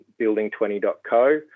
building20.co